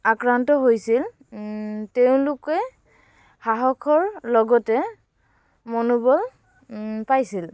আক্ৰান্ত হৈছিল তেওঁলোকে সাহসৰ লগতে মনোবল পাইছিল